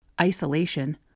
isolation